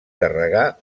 carregar